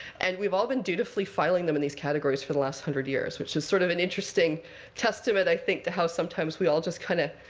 and we've all been dutifully filing them in these categories for the last one hundred years, which is sort of an interesting testament, i think, to how sometimes we all just, kind of,